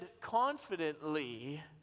confidently